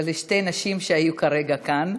זה שתי נשים שהיו כרגע כאן.